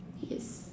yes